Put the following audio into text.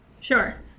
Sure